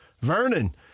Vernon